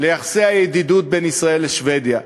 לידידות בין ישראל לשבדיה.